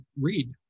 read